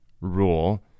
rule